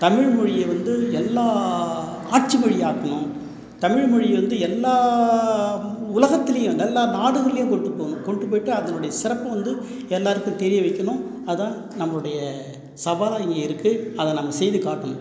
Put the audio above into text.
தமிழ்மொழியை வந்து எல்லா ஆட்சி மொழியாக்கணும் தமிழ்மொழி வந்து எல்லா உலகத்திலேயும் எல்லா நாடுகளிலையும் கொண்டு போகணும் கொண்டு போயிட்டு அதனுடைய சிறப்பை வந்து எல்லாேருக்கும் தெரிய வைக்கணும் அதுதான் நம்முடைய சவாலாக இங்கே இருக்கு அதை நம்ம செய்து காட்டணும்